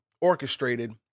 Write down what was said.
orchestrated